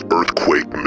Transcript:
Earthquake